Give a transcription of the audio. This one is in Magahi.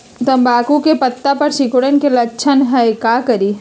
तम्बाकू के पत्ता में सिकुड़न के लक्षण हई का करी?